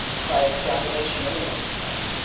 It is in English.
by extrapolation, everybody's body.